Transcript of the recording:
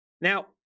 Now